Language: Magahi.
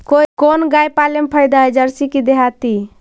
कोन गाय पाले मे फायदा है जरसी कि देहाती?